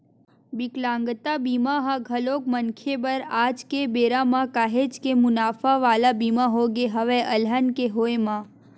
बिकलांगता बीमा ह घलोक मनखे बर आज के बेरा म काहेच के मुनाफा वाला बीमा होगे हवय अलहन के होय म